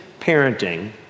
parenting